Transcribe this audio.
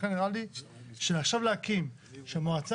לכן נראה לי שעכשיו להקים שהמועצה